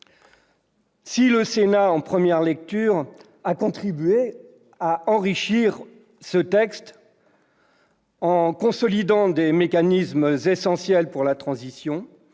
Si le Sénat, en première lecture, a contribué à enrichir ce texte en consolidant des mécanismes essentiels pour la transition,